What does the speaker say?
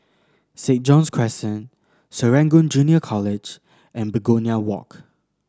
St John's Crescent Serangoon Junior College and Begonia Walk